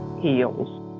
Heals